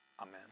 amen